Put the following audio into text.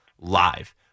live